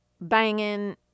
banging